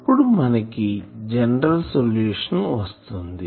అప్పుడు మనకి general solution వస్తుంది